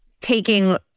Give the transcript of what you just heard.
taking